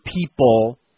people